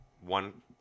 one